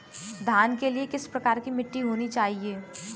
धान के लिए किस प्रकार की मिट्टी होनी चाहिए?